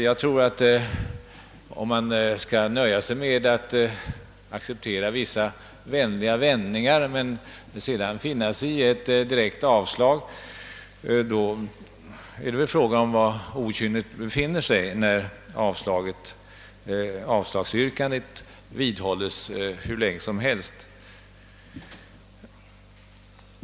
Nöjer man sig med att acceptera vissa vänliga formuleringar men sedan finner sig i ett direkt avslag, då är det väl fråga om var okynnet befinner sig när detta avslagsyrkande vidhålles hur länge som helst.